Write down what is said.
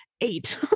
eight